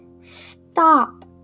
Stop